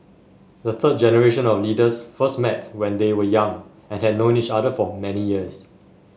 the third generation of leaders first met when they were young and had known each other for many years